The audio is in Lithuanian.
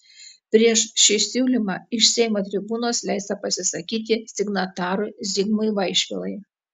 prieš šį siūlymą iš seimo tribūnos leista pasisakyti signatarui zigmui vaišvilai